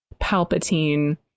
Palpatine